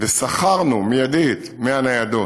ושכרנו מיידית 100 ניידות,